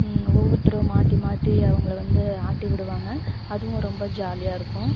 ஒவ்வொருத்தரும் மாற்றி மாற்றி அவங்கள வந்து ஆட்டி விடுவாங்க அதுவும் ரொம்ப ஜாலியாக இருக்கும்